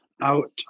out